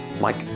mike